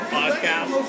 podcast